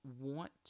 want